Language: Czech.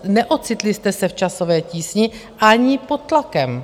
Neocitli jste se v časové tísni ani pod tlakem.